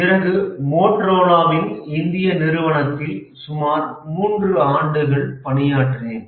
பிறகு மோட்டோரோலாவின் இந்திய நிறுவனத்தில் சுமார் 3 ஆண்டுகள் பணியாற்றினேன்